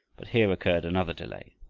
but here occurred another delay.